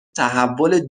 تحول